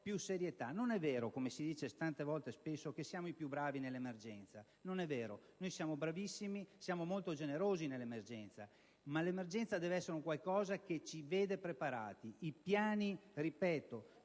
più serietà. Non è vero, come si dice spesso, che siamo i più bravi nell'emergenza. Noi siamo bravissimi e siamo molto generosi nell'emergenza; ma l'emergenza deve essere un qualcosa che ci vede preparati. I piani di